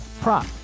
prop